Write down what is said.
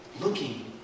looking